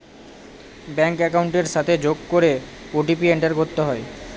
bank একাউন্টের সাথে যোগ করে ও.টি.পি এন্টার করতে হয়